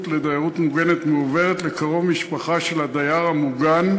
לדיירות מוגנת מועברת לקרוב משפחה של הדייר המוגן,